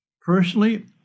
Personally